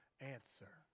answer